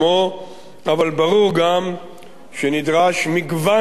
אבל ברור גם שנדרש מגוון של צעדים,